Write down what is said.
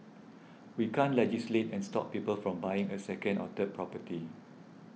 we can't legislate and stop people from buying a second or third property